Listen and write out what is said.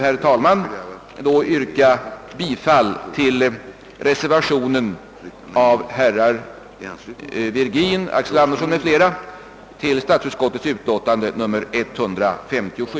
Jag vill yrka bifall till reservationen av herr Virgin m.fl. vid statsutskottets utlåtande nr 157.